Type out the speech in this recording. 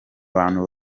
bantu